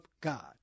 God